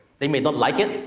they may not like it,